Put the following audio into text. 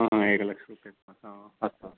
आम् एकलक्षरूप्यकं हा अस्तु अस्तु